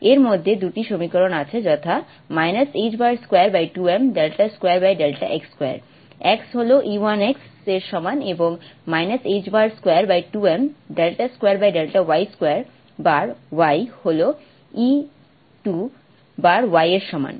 এর মধ্যে দুইটি সমীকরণ আছে যথা ħ22m2 x2 X হল E1X এর সমান এবং ħ22m 2 y2বার Y হল E 2 বার Y এর সমান